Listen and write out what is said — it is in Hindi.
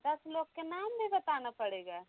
दस लोग के नाम भी बताना पड़ेगा